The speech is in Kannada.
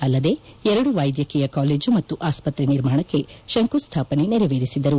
ಅಲ್ಲದೇ ಎರಡು ವ್ಲೆದ್ಧಕೀಯ ಕಾಲೇಜು ಮತ್ತು ಆಸ್ಪತ್ರೆ ನಿರ್ಮಾಣಕ್ಕೆ ಶಂಕುಸ್ವಾಪನೆ ನೆರವೇರಿಸಿದರು